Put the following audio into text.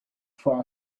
for